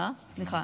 נגמר הזמן.